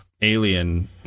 alien